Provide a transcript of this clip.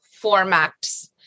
formats